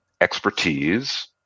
expertise